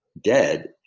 Dead